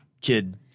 kid